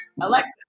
Alexa